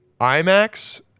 IMAX